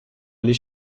aller